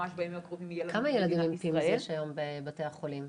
ממש בימים הקרובים -- כמה ילדים עם פימס יש היום בבתי החולים?